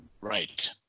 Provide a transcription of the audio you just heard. Right